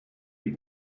die